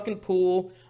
pool